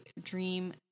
dream